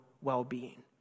well-being